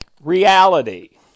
reality